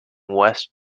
west